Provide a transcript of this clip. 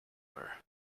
were